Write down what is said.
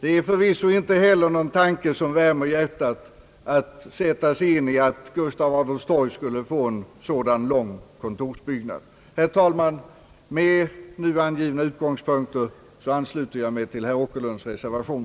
Det är förvisso inte heller någon tanke som värmer hjärtat att sätta sig in i att Gustav Adolfs torg skulle få en sådan lång kontorsbyggnad. Herr talman! Med nu angivna utgångspunkter ansluter jag mig till herr Åkerlunds reservation.